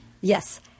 Yes